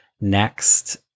next